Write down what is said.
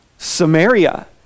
Samaria